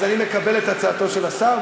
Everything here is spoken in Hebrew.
אז אני מקבל את הצעתו של השר,